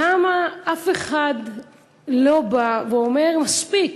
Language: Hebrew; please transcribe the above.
למה אף אחד לא בא ואומר: מספיק?